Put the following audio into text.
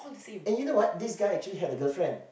and you know what this guy actually had a girlfriend